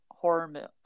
horror